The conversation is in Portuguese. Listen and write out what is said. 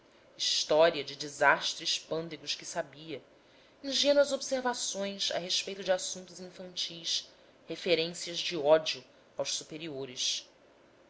histórias de desastres pândegos que sabia ingênuas observações a respeito de assuntos infantis referências de ódio aos superiores